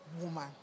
woman